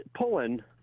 pulling